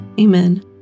Amen